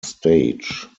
stage